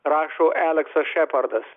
rašo eleksas šepardas